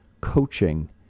coaching